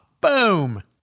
Boom